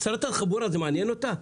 שרת התחבורה, זה מעניין אותה?